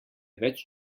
več